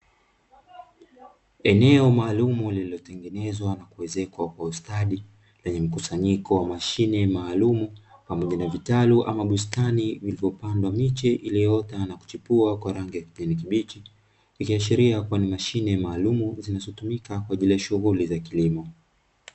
Eneo maalumu lililotengenezwa na kuwezekwa kwa stadi lenye mkusanyiko wa mashine maalumu pamoja na vitanda ama bustani vilivyopandwa mimea iliyoleta na kuchipua kwa rangi ya kijani kibichi. Ikishiria ya kuwa ni mashine maalumu zinazotumika kwa ajili ya shughuli za kilimo.